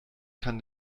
kann